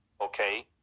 okay